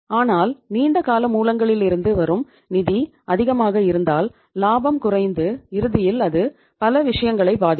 ஆனால் நீண்ட கால மூலங்களிலிருந்து வரும் நிதி அதிகமாக இருந்தால் லாபம் குறைந்து இறுதியில் அது பல விஷயங்களை பாதிக்கும்